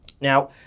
Now